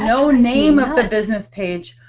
no-name of the business page.